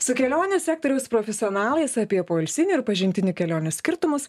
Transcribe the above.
su kelionių sektoriaus profesionalais apie poilsinių ir pažintinių kelionių skirtumus